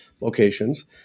locations